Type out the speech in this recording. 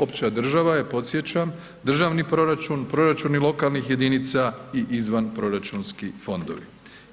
Opća država je podsjećam, državni proračun, proračuni lokalnih jedinica i izvanproračunski fondovi